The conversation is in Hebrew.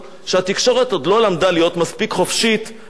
מספיק חופשית ודמוקרטית כפי שהיא צריכה להיות?